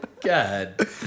God